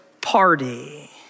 party